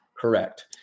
Correct